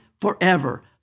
forever